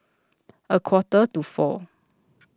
a quarter to four